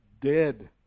dead